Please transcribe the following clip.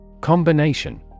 Combination